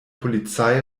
polizei